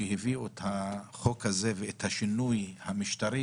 כשהביאו את החוק הזה ואת השינוי המשטרי